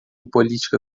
política